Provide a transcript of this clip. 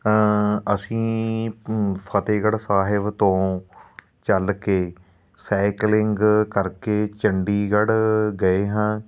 ਅਸੀਂ ਫਤਿਹਗੜ੍ਹ ਸਾਹਿਬ ਤੋਂ ਚੱਲ ਕੇ ਸਾਈਕਲਿੰਗ ਕਰਕੇ ਚੰਡੀਗੜ੍ਹ ਗਏ ਹਾਂ